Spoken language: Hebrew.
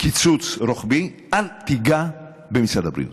קיצוץ רוחבי, אל תיגע במשרד הבריאות.